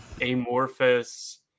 amorphous